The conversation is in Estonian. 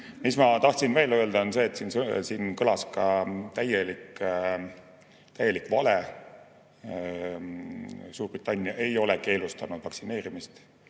Mis ma tahtsin veel öelda, on see, et siin kõlas ka täielik vale. Suurbritannia ei ole keelustanud vaktsineerimist,